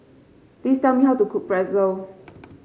please tell me how to cook Pretzel